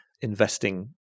investing